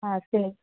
ஆ சரி